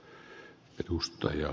arvoisa puhemies